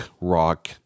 rock